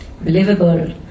believable